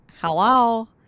Hello